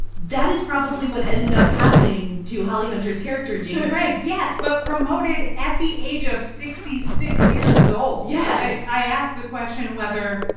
that is probably what ended up happening to holly hunter's character jane craig yes, but promoted at the age of sixty six years old yeah yes i ask the question whether,